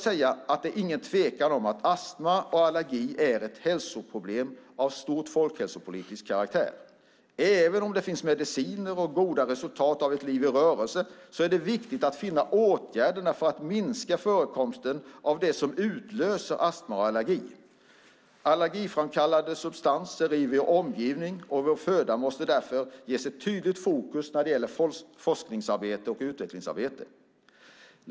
Det råder ingen tvekan om att astma och allergi är ett hälsoproblem av stor folkhälsopolitisk karaktär. Även om det finns mediciner och goda resultat av ett liv i rörelse är det viktigt att finna åtgärder för att minska förekomsten av det som utlöser astma och allergi. Allergiframkallande substanser i vår omgivning och i vår föda måste därför ges ett tydligt fokus när det gäller forsknings och utvecklingsarbete.